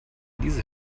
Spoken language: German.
diese